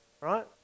right